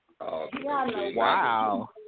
Wow